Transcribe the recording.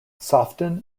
soften